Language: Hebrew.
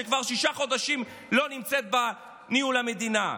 שכבר שישה חודשים לא נמצאת בניהול המדינה.